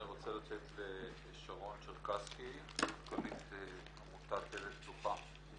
אני רוצה לתת לשרון צ'רקסקי מנכ"לית עמותת דלת פתוחה.